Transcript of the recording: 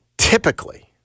Typically